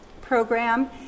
Program